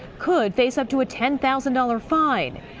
could face up to a ten thousand dollars fine.